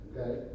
okay